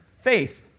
faith